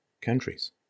countries